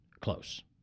close